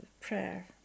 prayer